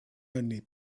only